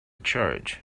charge